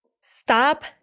Stop